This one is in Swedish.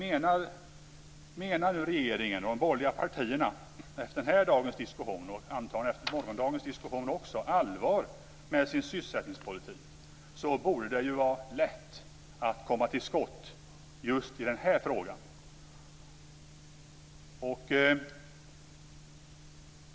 Menar regeringen och de borgerliga partierna efter dagens och även morgondagens diskussion allvar med sin sysselsättningspolitik, borde det ju vara lätt att komma till skott just i den här frågan.